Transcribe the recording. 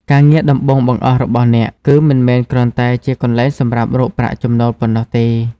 ការងារដំបូងបង្អស់របស់អ្នក គឺមិនមែនគ្រាន់តែជាកន្លែងសម្រាប់រកប្រាក់ចំណូលប៉ុណ្ណោះទេ។